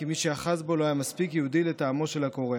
כי מי שאחז בו לא היה מספיק יהודי לטעמו של הקורע.